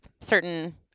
certain